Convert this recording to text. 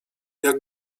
jak